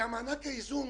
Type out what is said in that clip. שמענק האיזון